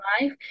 life